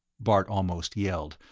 bart almost yelled.